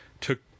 took